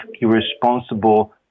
irresponsible